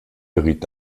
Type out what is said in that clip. geriet